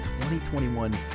2021